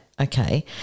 Okay